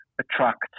attract